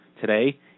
Today